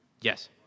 Yes